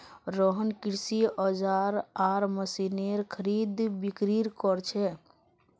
रोहन कृषि औजार आर मशीनेर खरीदबिक्री कर छे